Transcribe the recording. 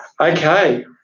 Okay